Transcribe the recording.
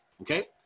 okay